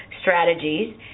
strategies